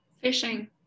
Fishing